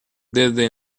desde